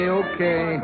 okay